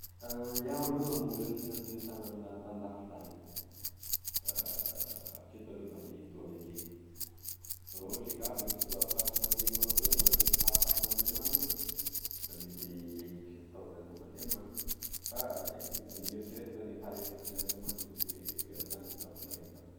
iaho aloha mbola sy nandeha ta- tandafy tany fa atreto aloha da mbola etoa ve keky fa raha ohatry k'avy e fotoa afahako mandeha manezao magnany fahafaha mandeha m'agny aho, da mety indreky isatao zany aho mandeha many fa n'eritreretiko zany gne faharetany gn'andehanako amany de mety oe roy erinandro na vola raiky da mipody.